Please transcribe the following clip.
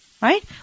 Right